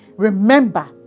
Remember